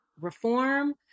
reform